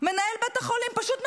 מנהל בית החולים פשוט משוחרר.